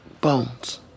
bones